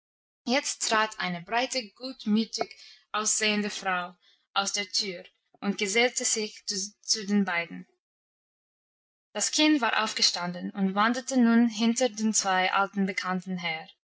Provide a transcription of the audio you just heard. jetzt trat eine breite gutmütig aussehende frau aus der tür und gesellte sich zu den beiden das kind war aufgestanden und wanderte nun hinter den zwei alten bekannten her